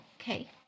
okay